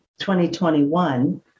2021